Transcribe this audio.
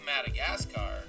Madagascar